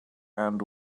end